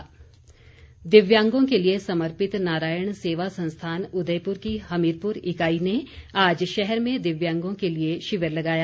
दिव्यांग दिव्यांगों के लिए समर्पित नारायण सेवा संस्थान उदयपुर की हमीरपुर इकाई ने आज शहर में दिव्यांगों के लिए शिविर लगाया